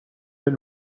been